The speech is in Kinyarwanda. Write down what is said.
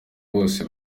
bose